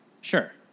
Sure